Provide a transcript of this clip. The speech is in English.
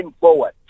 Forward